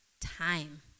time